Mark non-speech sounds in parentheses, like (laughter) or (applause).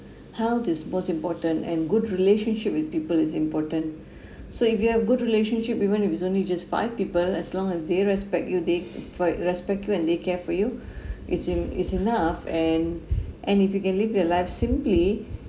(breath) health is most important and good relationship with people is important (breath) so if you have good relationship even if it's only just five people as long as they respect you they (noise) respect you and they care for you (breath) is en~ is enough and (breath) and if you can live your life simply (breath)